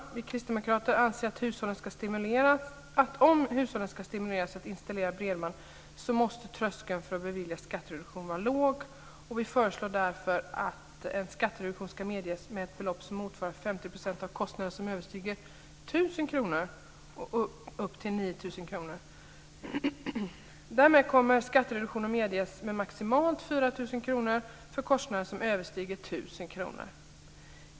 Vi kristdemokrater anser att om hushållen ska stimuleras till att installera bredband måste tröskeln för att bevilja skattereduktion vara låg. Vi föreslår därför att skattereduktion ska medges med ett belopp motsvarande 50 % av kostnader som överstiger 1 000 kr, upp till 9 000 kr. Därmed kommer skattereduktion att medges med maximalt 4 000 kr för kostnader som överstiger 1 000 kr.